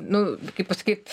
nu kaip pasakyt